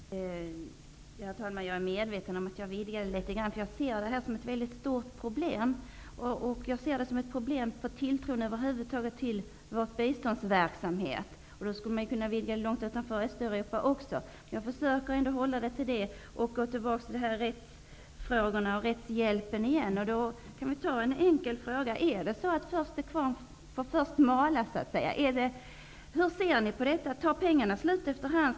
Herr talman! Jag är medveten om att jag vidgade frågan. Jag ser detta nämligen som ett stort problem för tilltron till biståndsverksamheten över huvud taget. Därför skulle man kunna vidga frågan till att gälla också långt utanför Östeuropa. Om vi skall försöka att hålla oss till Östeuropa, vill jag återigen gå tillbaka till detta med rättsområdet. En enkel fråga är då om det är så, att det är den som är först till kvarn som först får mala. Hur ser man på detta? Tar pengarna slut efter hand?